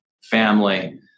family